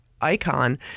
icon